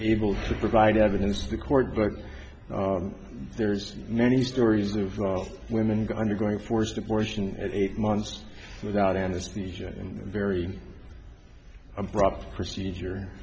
able to provide evidence to the court but there's many stories of women going forced abortions at eight months without anesthesia and very abrupt procedure